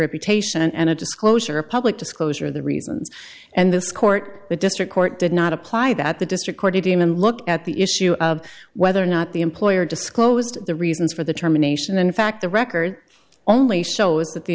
reputation and a disclosure of public disclosure of the reasons and this court the district court did not apply that the district court even look at the issue of whether or not the employer disclosed the reasons for the terminations and in fact the record only shows that the